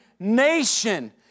nation